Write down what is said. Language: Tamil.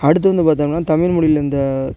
அடுத்து வந்து பார்த்தோம்னா தமிழ்மொழியில் இந்த